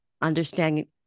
understanding